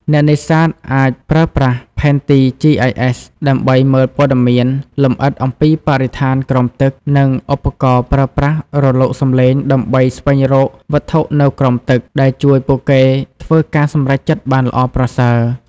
អ្នកនេសាទអាចប្រើប្រាស់ផែនទី GIS ដើម្បីមើលព័ត៌មានលម្អិតអំពីបរិស្ថានក្រោមទឹក និង ឧបករណ៍ប្រើប្រាស់រលកសំឡេងដើម្បីស្វែងរកវត្ថុនៅក្រោមទឹក ដែលជួយពួកគេធ្វើការសម្រេចចិត្តបានល្អប្រសើរ។